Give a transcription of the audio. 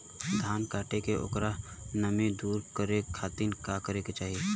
धान कांटेके ओकर नमी दूर करे खाती का करे के चाही?